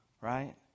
right